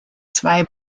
zwei